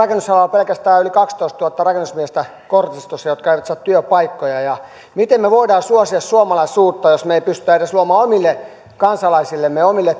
pelkästään rakennusalalla kortistossa yli kaksitoistatuhatta rakennusmiestä jotka eivät saa työpaikkoja miten me voimme suosia suomalaisuutta jos me emme pysty edes luomaan omille kansalaisillemme omille